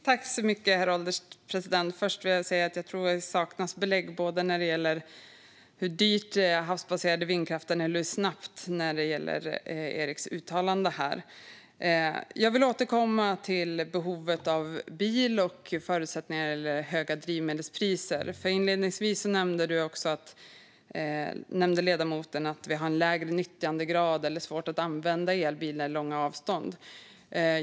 Herr ålderspresident! Först vill jag säga att jag tror att det saknas belägg för Eric Palmqvists uttalanden om både hur dyrt det är med havsbaserad vindkraft och hur snabbt det går. Jag vill återkomma till behovet av bil och till förutsättningarna när det gäller höga drivmedelspriser. Inledningsvis nämnde ledamoten att det är lägre nyttjandegrad för elbilar och svårt att använda dem där det är långa avstånd.